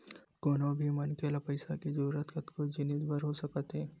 कोनो भी मनखे ल पइसा के जरुरत कतको जिनिस बर हो सकत हवय